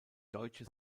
deutsche